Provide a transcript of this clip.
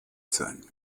sein